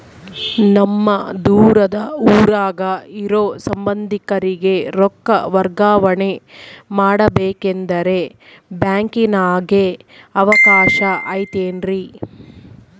ನಮ್ಮ ದೂರದ ಊರಾಗ ಇರೋ ಸಂಬಂಧಿಕರಿಗೆ ರೊಕ್ಕ ವರ್ಗಾವಣೆ ಮಾಡಬೇಕೆಂದರೆ ಬ್ಯಾಂಕಿನಾಗೆ ಅವಕಾಶ ಐತೇನ್ರಿ?